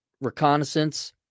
reconnaissance